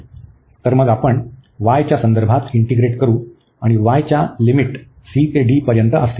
तर मग आपण y च्या संदर्भात इंटीग्रेट करू आणि y च्या लिमिट c ते d पर्यंत असतील